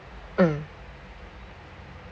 mm